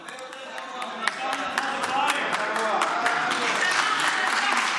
זה הרבה יותר גרוע, (מחיאות כפיים)